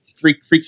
freaks